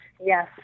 yes